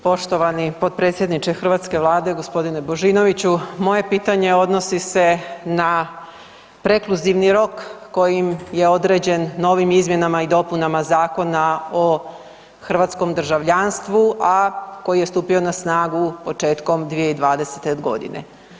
Poštovani potpredsjedniče hrvatske Vlade gospodine Božinoviću moje pitanje odnosi se na prekluzivni rok kojim je određen novim izmjenama i dopunama Zakona o hrvatskom državljanstvu, a koji je stupio na snagu početkom 2020.-te godine.